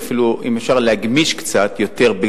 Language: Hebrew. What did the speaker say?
ואפילו אם אפשר להגמיש קצת יותר,